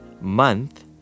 month